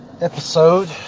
episode